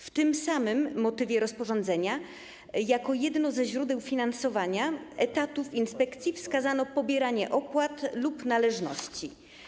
W tym samym motywie rozporządzenia jako jedno ze źródeł finansowania etatów inspekcji wskazano pobieranie opłat lub należności.